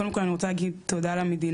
קודם כל אני רוצה להגיד תודה למדינה,